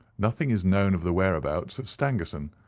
nothing is known of the whereabouts of stangerson.